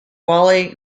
wally